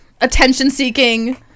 attention-seeking